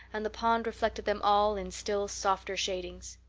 and the pond reflected them all in still softer shadings.